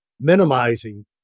minimizing